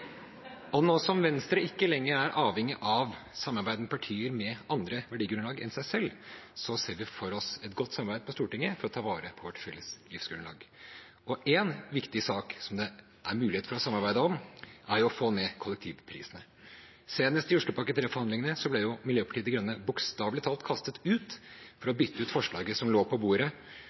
Nå som Venstre ikke lenger er avhengig av samarbeid med partier med andre verdigrunnlag enn dem selv, ser vi for oss et godt samarbeid på Stortinget for å ta vare på vårt felles livsgrunnlag. En viktig sak som det er mulig å samarbeide om, er å få ned kollektivprisene. Senest i Oslopakke 3-forhandlingene ble Miljøpartiet De Grønne bokstavelig talt kastet ut for å bytte ut forslaget som lå på bordet,